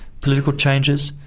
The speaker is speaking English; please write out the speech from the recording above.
political changes.